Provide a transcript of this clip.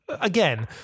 again